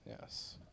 Yes